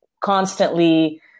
constantly